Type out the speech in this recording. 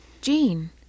Jean